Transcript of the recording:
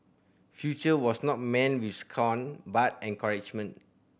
future was not met with scorn but encouragement